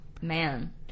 Man